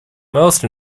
most